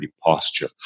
posture